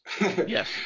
Yes